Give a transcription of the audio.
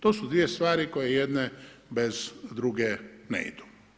To su dvije stvari koje jedna bez druge ne idu.